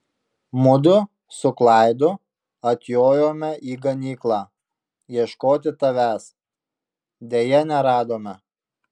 mudu su klaidu atjojome į ganyklą ieškoti tavęs deja neradome